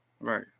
Right